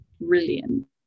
brilliant